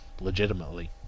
legitimately